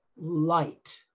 light